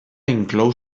inclou